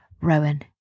Rowan